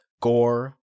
gore